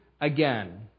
again